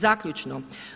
Zaključno.